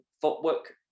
footwork